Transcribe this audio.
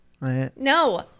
No